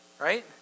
Right